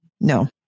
No